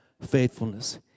faithfulness